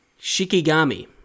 shikigami